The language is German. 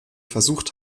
versucht